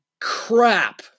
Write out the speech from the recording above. crap